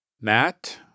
Matt